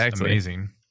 amazing